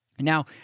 Now